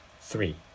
three